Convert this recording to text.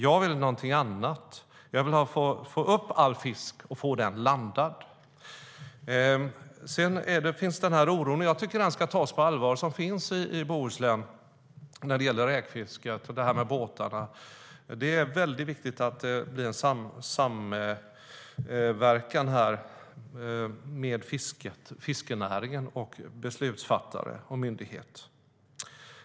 Jag vill någonting annat. Jag vill få upp all fisk och få den landad. Sedan finns det en oro i Bohuslän, som jag tycker ska tas på allvar, när det gäller räkfisket och detta med båtarna. Det är viktigt att det blir en samverkan mellan fiskenäring, beslutsfattare och myndighet.